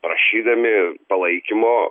prašydami palaikymo